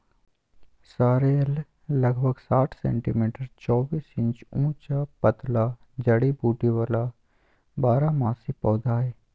sorrel लगभग साठ centimetre चौबीस इंच ऊंचा पतला जड़ी बूटी वाला बारहमासी पौधा हइ